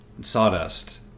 sawdust